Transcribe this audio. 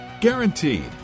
Guaranteed